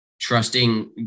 Trusting